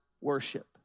worship